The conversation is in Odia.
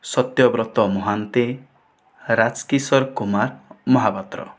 ସତ୍ୟବ୍ରତ ମହାନ୍ତି ରାଜକିଶୋର କୁମାର ମହାପାତ୍ର